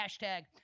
hashtag